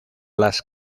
las